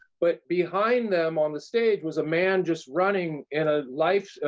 but behind them on the stage was a man just running in a life,